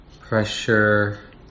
pressure